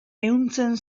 ehuntzen